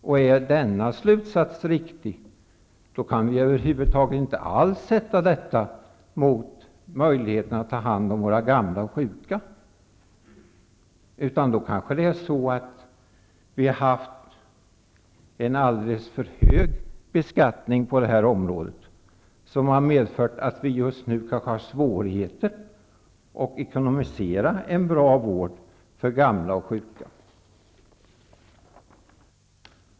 Om denna slutsats är riktig, kan vi över huvud taget inte alls sätta detta mot möjligheterna att ta hand om våra gamla och sjuka. Är det kanske i stället så, att vi har haft en alldeles för hög beskattning på det här området, som har medfört att vi just nu har svårighet med att ekonomisera en bra vård för gamla och sjuka.